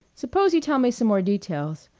suppose you tell me some more details.